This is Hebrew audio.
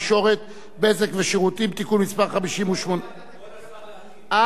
התקשורת (בזק ושידורים) (תיקון מס' 55). כבוד השר,